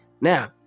Now